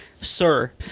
sir